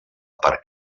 per